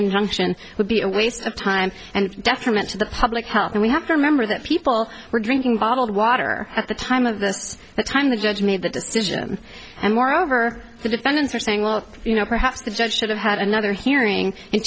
injunction would be a waste of time and detriment to the public health and we have to remember that people were drinking bottled water at the time of this the time the judge made the decision and moreover the defendants are saying well you know perhaps the judge should have had another hearing in